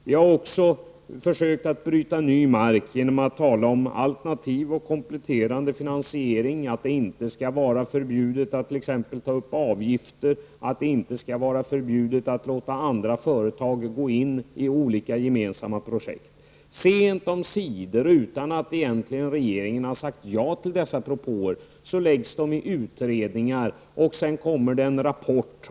Vi har också försökt att bryta ny mark genom att tala om alternativ och kompletterande finansiering, att det inte skall vara förbjudet att t.ex. ta upp avgifter och att det inte skall vara förbjudet att låta andra företag gå in i olika gemensamma projekt. Sent omsider och utan att regeringen egentligen har sagt ja till dessa propåer, läggs de in i utredningar, och sedan kommer det en rapport.